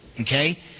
okay